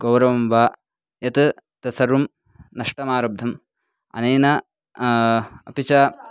गौरवं वा यत् तत्सर्वं नष्टमारब्धम् अनेन अपि च